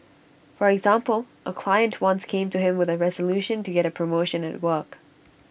for example A client once came to him with A resolution to get A promotion at work